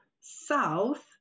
south